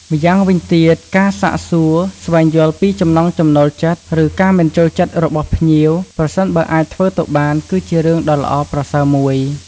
ម្យ៉ាងវិញទៀតការសាកសួរ ស្វែងយល់ពីចំណង់ចំណូលចិត្ត ឬការមិនចូលចិត្តរបស់ភ្ញៀវ ប្រសិនបើអាចធ្វើទៅបាន គឺជារឿងដ៏ល្អប្រសើរមួយ។